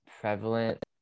prevalent